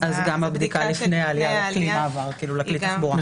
הבדיקה שלפני העלייה לכלי התחבורה.